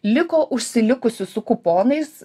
liko užsilikusių su kuponais